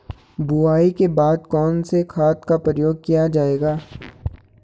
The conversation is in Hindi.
बुआई के बाद कौन से खाद का प्रयोग किया जायेगा?